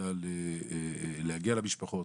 יודע להגיע למשפחות,